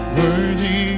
worthy